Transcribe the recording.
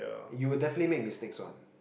you will definitely make mistakes one